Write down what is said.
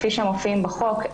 כפי שמופיעים בחוק,